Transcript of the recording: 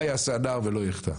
מה יעשה ולא יחטא?